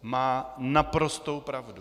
Má naprostou pravdu.